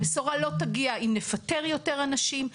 הבשורה לא תגיע אם נפטר יותר אנשים;